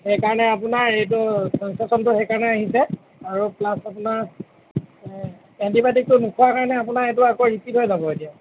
সেইকাৰণে আপোনাৰ এইটো ইনফেকশ্যনটো আহিছে আৰু প্লাছ আপোনাৰ এণ্টিবায়টিকটো নোখোৱাৰ কাৰণে এইটো আকৌ ৰিপিট হৈ যাব এতিয়া